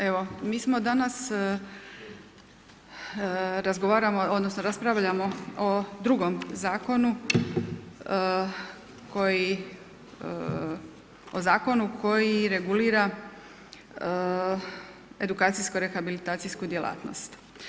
Evo, mi smo danas razgovaramo, odnosno raspravljamo o drugom Zakonu koji, o Zakonu koji regulira edukacijsko-rehabilitacijsku djelatnost.